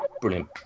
Brilliant